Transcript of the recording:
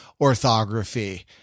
orthography